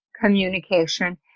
communication